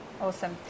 Awesome